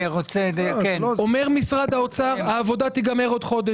אומר משרד האוצר שהעבודה תסתיים בעוד חודש.